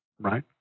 right